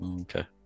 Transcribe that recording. Okay